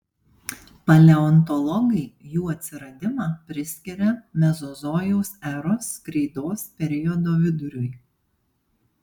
paleontologai jų atsiradimą priskiria mezozojaus eros kreidos periodo viduriui